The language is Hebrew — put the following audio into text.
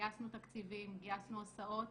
גייסנו תקציבים, גייסנו הסעות